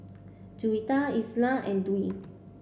Juwita Izzat and Dwi